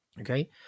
okay